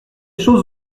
choses